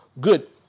good